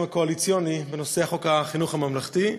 הקואליציוני בנושא חוק חינוך ממלכתי.